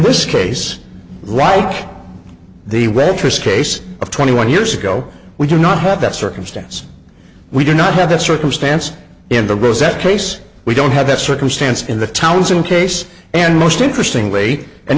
this case right the web this case of twenty one years ago we do not have that circumstance we do not have that circumstance in the rosetta place we don't have that circumstance in the towns and case and most interesting